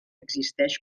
existeix